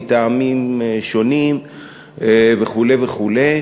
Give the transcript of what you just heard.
מטעמים שונים וכו' וכו'.